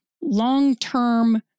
long-term